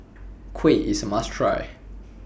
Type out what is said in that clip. Kuih IS A must Try